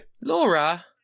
Laura